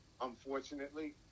Unfortunately